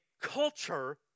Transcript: culture